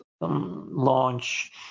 launch